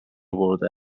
برده